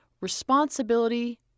responsibility